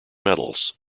medals